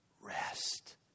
rest